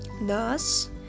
Thus